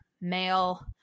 male